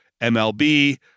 MLB